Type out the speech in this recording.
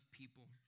people